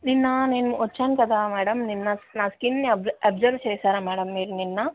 నిన్న నేను వచ్చాను కదా మేడం నిన్న నా స్కిన్ని అబ్సర్వ్ చేశారా మేడం మీరు నిన్న